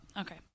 Okay